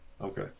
Okay